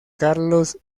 carlos